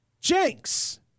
Jenks